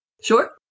Sure